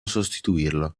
sostituirlo